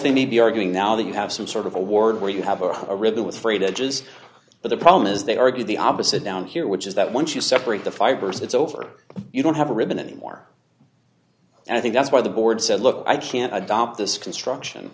they may be arguing now that you have some sort of award where you have a rhythm with frayed edges but the problem is they argue the opposite down here which is that once you separate the fibrous it's over you don't have a ribbon anymore and i think that's why the board said look i can't adopt this construction